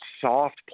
soft